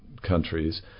countries